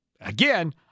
Again